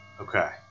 okay